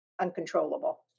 uncontrollable